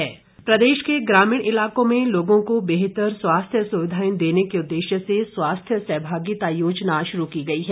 सहभागिता योजना प्रदेश के ग्रामीण इलाकों में लोगों को बेहतर स्वास्थ्य सुविधाएं देने के उद्देश्य से स्वास्थ्य सहभागिता योजना शुरू की गई है